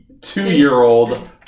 two-year-old